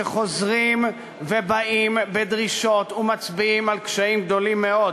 שחוזרים ובאים בדרישות ומצביעים על קשיים גדולים מאוד.